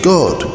God